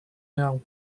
now